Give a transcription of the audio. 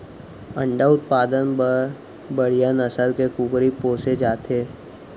अंडा उत्पादन बर बड़िहा नसल के कुकरी पोसे जाथे